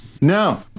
No